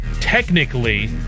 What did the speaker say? technically